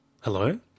Hello